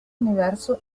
universo